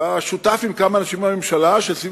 אתה שותף לכמה אנשים מהממשלה שסביב